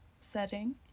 setting